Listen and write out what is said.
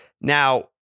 now